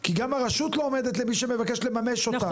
כי גם הרשות לא עומדת למי שמבקש לממש אותם.